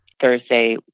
Thursday